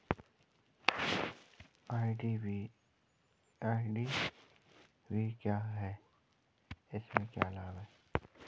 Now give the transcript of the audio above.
IDV क्या है इसमें क्या लाभ है?